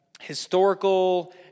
historical